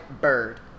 bird